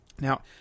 Now